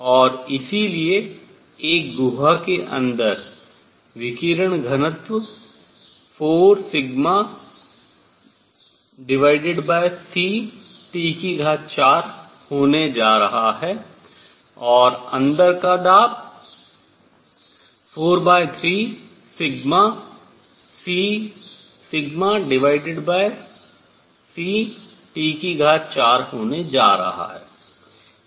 और इसलिए एक गुहा के अंदर विकिरण घनत्व 4 c T4 होने जा रहा है और अंदर का दाब 4 3c T4 होने जा रहा है